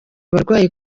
abarwayi